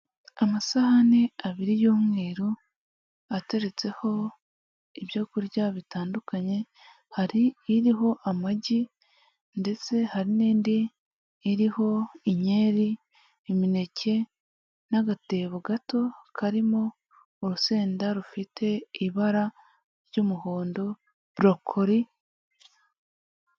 Amasahani abiri y'umweru ateretseho ibyo kurya bitandukanye, hari iriho amagi ndetse hari n'indi iriho inkeri, imineke n'agatebo gato karimo urusenda rufite ibara ry'umuhondo, borokoli...